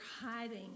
hiding